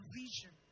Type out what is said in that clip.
vision